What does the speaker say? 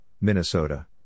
Minnesota